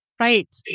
Right